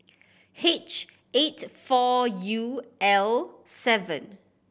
H eight four U L seven